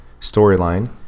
storyline